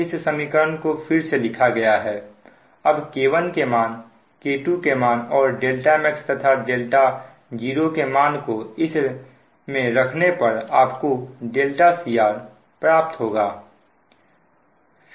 इस समीकरण को फिर से लिखा गया है अब K1 के मान K2 के मान और δmax तथा δ0 के मान को इस में रखने पर आप को δcr प्राप्त होगा